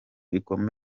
bikomeye